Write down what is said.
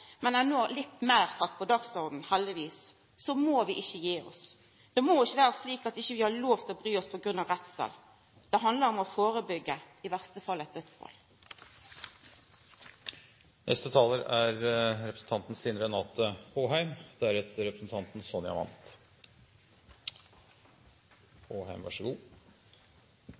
men som no er sett litt meir på dagsordenen – heldigvis – må vi ikkje gi oss. Det må ikkje vera slik at vi ikkje har lov til å bry oss på grunn av redsel. Det handlar om å førebyggja, i verste fall eit